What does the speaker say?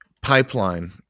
pipeline